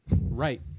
right